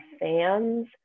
fans